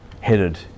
headed